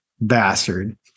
bastard